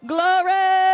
Glory